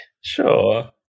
Sure